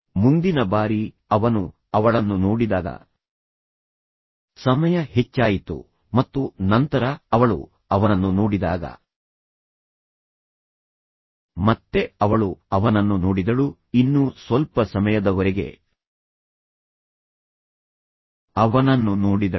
ಮುಂದಿನ ಬಾರಿ ಅವನು ಅವಳನ್ನು ನೋಡಿದಾಗ ಸಮಯ ಹೆಚ್ಚಾಯಿತು ಮತ್ತು ನಂತರ ಅವಳು ಅವನನ್ನು ನೋಡಿದಾಗ ಮತ್ತೆ ಅವಳು ಅವನನ್ನು ನೋಡಿದಳು ಇನ್ನೂ ಸ್ವಲ್ಪ ಸಮಯದವರೆಗೆ ಅವನನ್ನು ನೋಡಿದಳು